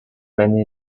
many